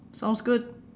sounds good